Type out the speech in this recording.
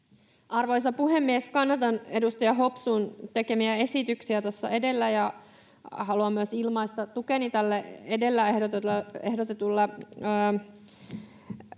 Arvoisa puhemies! Kannatan edustaja Hopsun tekemiä esityksiä tässä edellä ja haluan myös ilmaista tukeni tälle edellä ehdotetulle